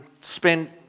spent